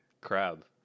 crab